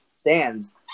stands